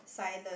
silent